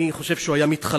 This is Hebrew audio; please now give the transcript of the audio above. אני חושב שהוא היה מתחלחל,